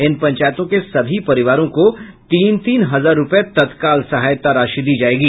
इन पंचायतों के सभी परिवारों को तीन तीन हजार रूपये तत्काल सहायता दी जायेगी